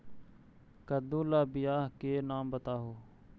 कददु ला बियाह के नाम बताहु?